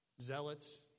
zealots